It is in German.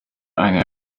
eine